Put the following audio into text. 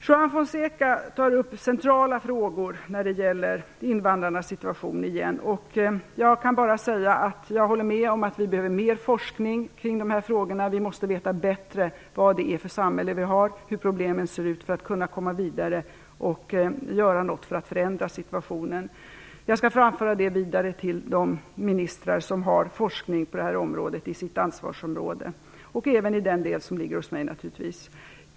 Juan Fonseca tar upp centrala frågor när det gäller invandrarnas situation, och jag kan bara säga att jag håller med om att vi behöver mer forskning kring de här frågorna. Vi måste veta bättre vad det är för samhälle vi har och hur problemen ser ut för att kunna komma vidare och göra något för att förändra situationen. Jag skall föra detta vidare till de ministrar som har forskning på det här området inom sitt ansvarsområde och även i den del som ligger hos mig naturligtvis.